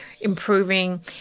improving